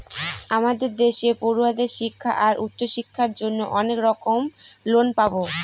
আমাদের দেশে পড়ুয়াদের শিক্ষা আর উচ্চশিক্ষার জন্য অনেক রকম লোন পাবো